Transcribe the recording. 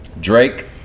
Drake